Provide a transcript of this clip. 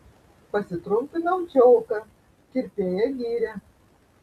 pasitrumpinau čiolką kirpėja gyrė